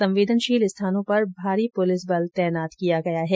संवेदनशील स्थानों पर भारी पुलिस बल तैनात किया गया है